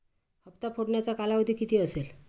हप्ता फेडण्याचा कालावधी किती असेल?